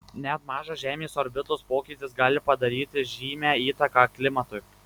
net mažas žemės orbitos pokytis gali padaryti žymią įtaką klimatui